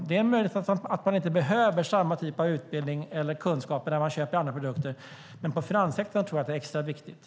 Det är möjligt att man inte behöver samma typ av utbildning eller kunskap när man köper andra produkter, men i finanssektorn tror jag att det är extra viktigt.